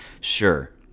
Sure